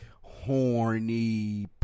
horny